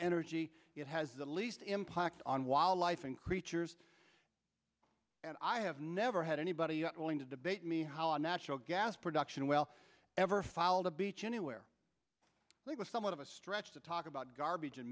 energy it has the least impact on wildlife and creatures and i have never had anybody willing to debate me how a natural gas production will ever filed a beach anywhere like a somewhat of a stretch to talk about garbage and